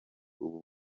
ubu